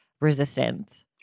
resistance